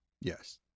yes